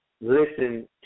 listen